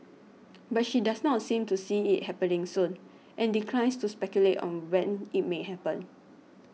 but she does not seem to see it happening soon and declines to speculate on when it may happen